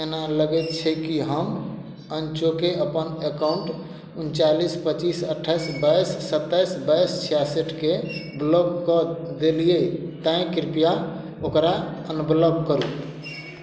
एना लगैत छै कि हम अनचोके अपन अकाउंट उनचालिस पचीस अट्ठाइस बाइस सत्ताइस बाइस छियासठि के ब्लॉक कऽ देलियै तेँ कृपया ओकरा अनब्लॉक करू